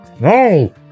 No